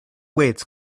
weights